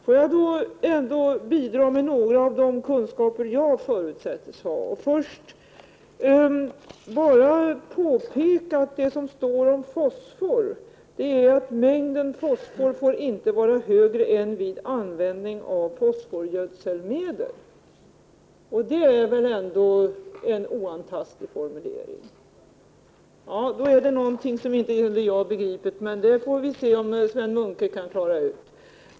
Låt mig då ändå bidra med några av de kunskaper jag förutsätts ha. Jag vill då först bara påpeka att det som står om fosfor är att mängden fosfor inte får vara högre än vid användning av fosforgödselmedel. Det är väl ändå en oantastlig formulering. Jag ser på Sven Munke att han inte håller med mig, och då måste det vara någonting som inte jag begriper.